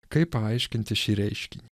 kaip paaiškinti šį reiškinį